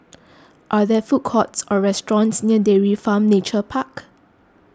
are there food courts or restaurants near Dairy Farm Nature Park